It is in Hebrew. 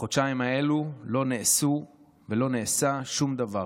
בחודשיים האלה לא נעשה שום דבר,